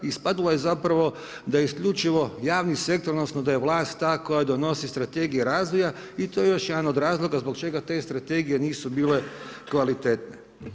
Ispadalo je da isključivo javni sektor odnosno da je vlast ta koja donosi strategije razvoja i to je još jedan od razloga zbog čega te strategije nisu bile kvalitetne.